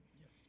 Yes